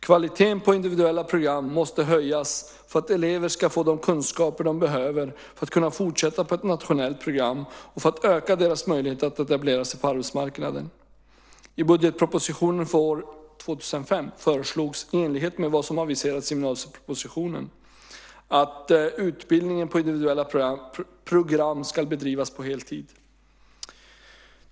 Kvaliteten på individuella program måste höjas för att alla elever ska få de kunskaper de behöver för att kunna fortsätta på ett nationellt program och för att öka deras möjligheter att etablera sig på arbetsmarknaden. I budgetpropositionen för år 2005 föreslogs, i enlighet med vad som aviserats i gymnasiepropositionen , att utbildningen på individuella program ska bedrivas på heltid.